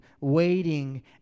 waiting